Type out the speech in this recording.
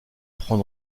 prend